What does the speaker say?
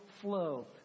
flow